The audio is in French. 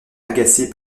agacée